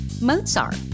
Mozart